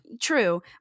true